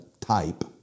type